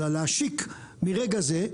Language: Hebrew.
אלא להשיק מרגע זה,